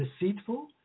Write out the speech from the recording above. deceitful